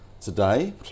today